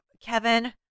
Kevin